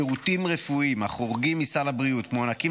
שירותים רפואיים החורגים מסל הבריאות מוענקים